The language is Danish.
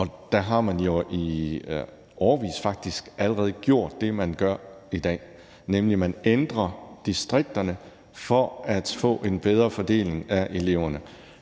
Der har man jo i årevis faktisk allerede gjort det, man gør i dag, nemlig at man ændrer distrikterne for at få en bedre fordeling af eleverne.